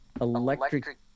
electric